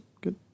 good